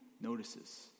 notices